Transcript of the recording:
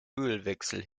ölwechsel